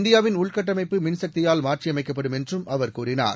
இந்தியாவின் உள்கட்டமைப்பு மின் சக்தியால் மாற்றியமைக்கப்படும் என்றுஅவர் கூறினார்